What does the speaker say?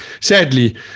sadly